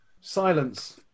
Silence